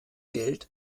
geld